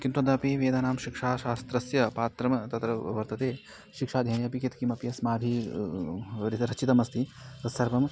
किन्तुदापि वेदानां शिक्षा शास्त्रस्य पात्रं तत्र वर्तते शिक्षाध्ययने अपि यत्किमपि अस्माभिः रचितमस्ति तत् सर्वम्